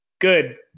good